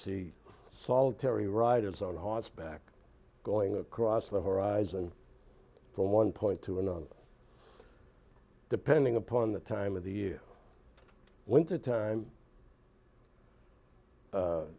see solitary riders on horseback going across the horizon from one point to another depending upon the time of the year wintertime